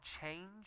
change